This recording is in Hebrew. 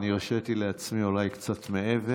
אני הרשיתי לעצמי אולי קצת מעבר.